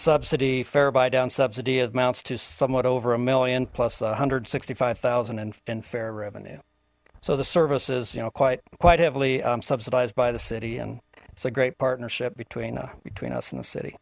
subsidy fare by down subsidy amounts to somewhat over a million plus a hundred sixty five thousand and in fair revenue so the services you know quite quite heavily subsidized by the city and it's a great partnership between between us in the city